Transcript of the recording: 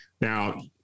Now